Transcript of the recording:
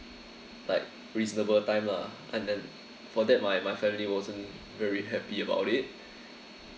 like reasonable time lah and then for that my my family wasn't very happy about it